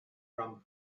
rum